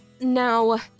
now